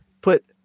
put